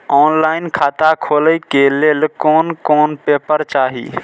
Online खाता खोले के लेल कोन कोन पेपर चाही?